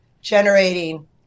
generating